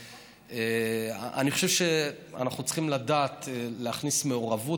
אני חושב שאנחנו צריכים לדעת להכניס מעורבות,